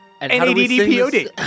N-A-D-D-P-O-D